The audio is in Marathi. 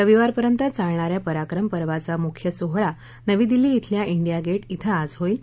रविवारपर्यंत चालणाऱ्या पराक्रम पर्वाचा मुख्य सोहळा नवी दिल्ली इथल्या इंडिया गेट इथं आज होईल